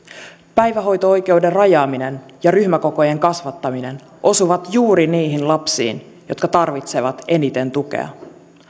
päivähoito oikeuden rajaaminen ja ryhmäkokojen kasvattaminen osuvat juuri niihin lapsiin jotka tarvitsevat eniten tukea